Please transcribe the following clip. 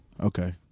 okay